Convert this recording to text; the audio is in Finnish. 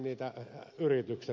arvoisa puhemies